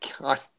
God